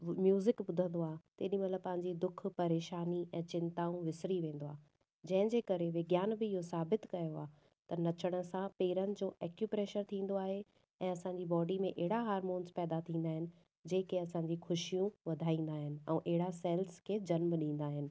music ॿुधंदो आहे तेॾीमहिल पांजी दुख परेशानी ऐं चिंताऊं विसरी वेंदो आहे जंहिंजे करे विज्ञान बि इओ साबितु कयो आहे त नचण सां पेरनि जो एक्यूप्रेशर थींदो आहे ऐं असांजी बॉडी में अहिड़ा हार्मोन्स पैदा थींदा आहिनि जेके असांजी खुशियूं वधाईंदा आहिनि ऐं अहिड़ा सेल्स खे जन्म ॾींदा आहिनि